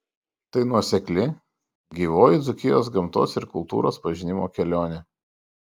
tai nuosekli gyvoji dzūkijos gamtos ir kultūros pažinimo kelionė